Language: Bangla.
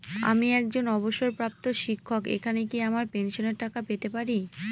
আমি একজন অবসরপ্রাপ্ত শিক্ষক এখানে কি আমার পেনশনের টাকা পেতে পারি?